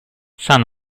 sun